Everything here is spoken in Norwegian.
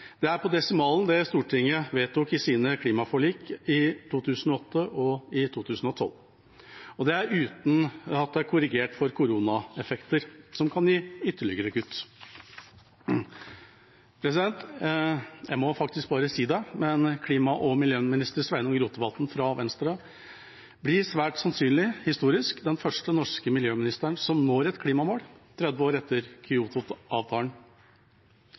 det er på desimalen det Stortinget vedtok i sine klimaforlik i 2008 og 2012. Det er uten at det er korrigert for koronaeffekter, som kan gi ytterligere kutt. Jeg må faktisk bare si det, men klima- og miljøminister Sveinung Rotevatn fra Venstre blir svært sannsynlig historisk som den første norske miljøministeren som når et klimamål, 30 år etter